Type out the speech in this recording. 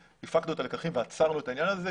הפקנו את הלקחים ועצרנו את העניין הזה.